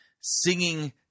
singing